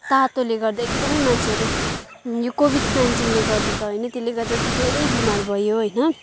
तातोले गर्दा एकदमै मान्छेहरू यो कोभिड नाइन्टिनले गर्दा त होइन त्यसले गर्दा चाहिँ धेरै बिमार भयो होइन